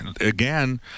again